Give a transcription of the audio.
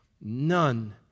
None